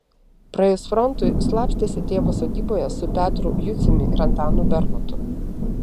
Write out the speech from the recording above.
praėjus frontui slapstėsi tėvo sodyboje su petru juciumi ir antanu bernotu